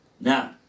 Now